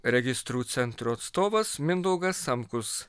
registrų centro atstovas mindaugas sankus